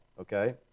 okay